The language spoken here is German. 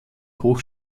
hoch